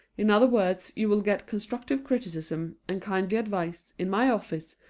in other words, you will get constructive criticism, and kindly advice, in my office,